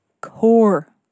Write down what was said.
core